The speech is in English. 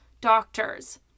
doctors